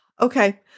Okay